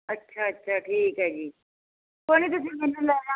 ਅੱਛਾ ਅੱਛਾ ਠੀਕ ਹੈ ਜੀ ਪਾਣੀ ਤੁਸੀਂ ਮੈਨੂੰ ਲੈਣਾ ਤੁਸੀਂ ਮੈਨੂੰ ਨਾਲ ਲੈ ਜਾਣਾ